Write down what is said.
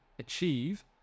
achieve